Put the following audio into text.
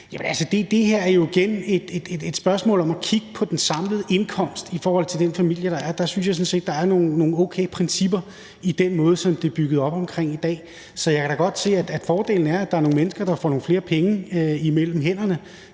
Det her er jo igen et spørgsmål om at kigge på den enkelte families samlede indkomst. Der synes jeg sådan set, at der er nogle okay principper i den måde, som det er bygget op på i dag. Jeg kan da godt se, at fordelen er, at der er nogle mennesker, der får nogle flere penge mellem hænderne.